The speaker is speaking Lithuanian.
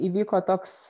įvyko toks